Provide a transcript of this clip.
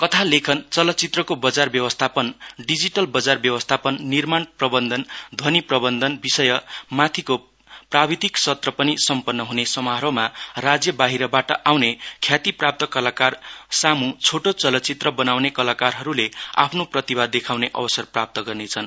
कथा लेखन चलचित्रको बजार व्यवस्थापन डिजीटल बजार व्यवस्थापन निर्माण प्रबन्धन ध्वनी प्रबन्धन आदिमाथिको प्राविधिक सत्र पनि सम्पन्न हने समारोहमा राज्य बाहिरबाट आउने ख्यातिप्राप्त कलाकार सामु छोटा चलचित्र बनाउने कलाकारहरुले आफ्नो प्रतिभा देखाउने अवसर प्राप्त गर्नेछन्